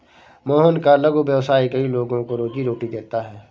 मोहन का लघु व्यवसाय कई लोगों को रोजीरोटी देता है